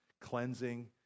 cleansing